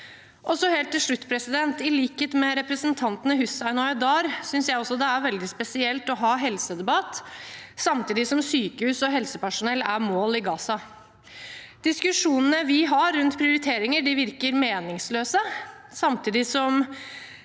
Helt til slutt: I likhet med representantene Hussein og Aydar synes også jeg det er veldig spesielt å ha helsedebatt samtidig som sykehus og helsepersonell er mål i Gaza. Diskusjonene vi har rundt prioriteringer, virker meningsløse samtidig som